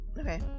Okay